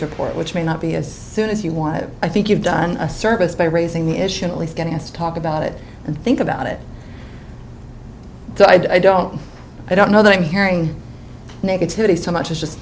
report which may not be as soon as you want it i think you've done a service by raising the issue at least getting us to talk about it and think about it so i don't i don't know that i'm hearing negativity so much as just